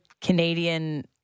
Canadian